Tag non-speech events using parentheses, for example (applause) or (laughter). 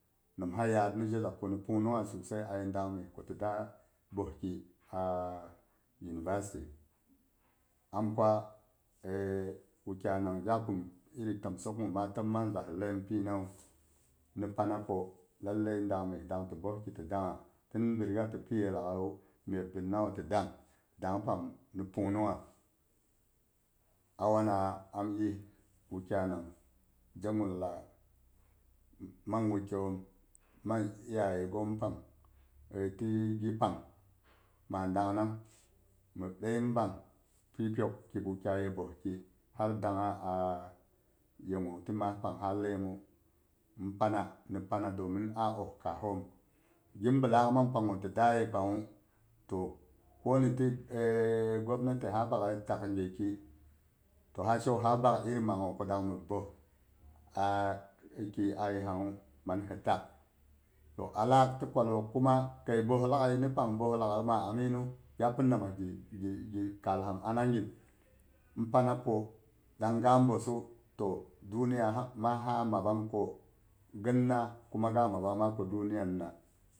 Nimsa mi je za ku ni pung nungha sosai aye dang mes a university am kwa (hesitation) wukyai nang gya kum iri tom sok ma tim manza hi laiyim pina wu ni pana ko lallai dang meh dang ti boes ki ti dangha tin bi riga ti piye laaghaiyu ye binna wu ti aang, dang pang ni pung nungha, a wana wa am yih wukyai nang je gun lah mang wukye yom mang iyaye ghom pang eh ti gi pang ma dang nang mhi ɗai ni bang pi pyok kip wukyai ye boeski har dangha a ye gu ti mah pang ha laiyim mu ni pana ni pana domin a opkaahom ghin blaak mang pang gu ti da ye pangu to ko niti (hesitation) gwamnati ha bakye tak ge ki to ha she ko ha bakye panga ko dangmi boeh ki aye pangu, to alak ti kwallok kuma kai boeh laaghai ti pang boeh laaghai ma amin gya pin nama gi gi kal hang ana gin mi pana ko danga boesu to duniya ha kunia mabbang ko ghin na kuma mabbang ma ko duniyannan,